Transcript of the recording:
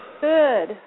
Good